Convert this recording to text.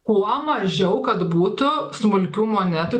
kuo mažiau kad būtų smulkių monetų